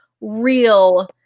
real